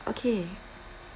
okay